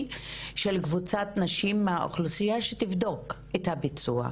של קבוצת נשים מהאוכלוסיה שתבדוק את הביצוע.